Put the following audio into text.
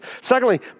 Secondly